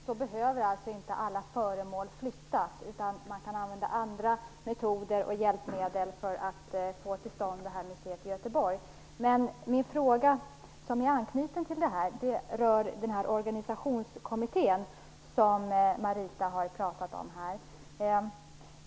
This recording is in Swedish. Fru talman! Jag förstår av detta resonemang att inte alla föremål behöver flyttas utan att man kan använda andra metoder och hjälpmedel för att få till stånd museet i Göteborg. Min fråga i anslutning till det här rör den organisationskommitté som Marita Ulvskog här har talat om.